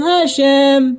Hashem